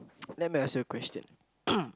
let me ask you a question